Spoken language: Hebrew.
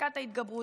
פסקת ההתגברות,